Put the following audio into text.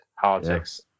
politics